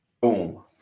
boom